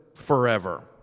forever